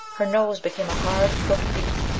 her nose became a hard crooked beak,